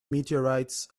meteorites